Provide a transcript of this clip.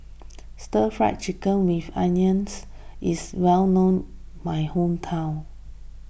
Stir Fried Chicken with Onions is well known in my hometown